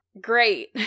great